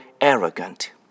arrogant